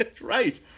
Right